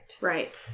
Right